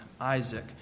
Isaac